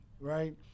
right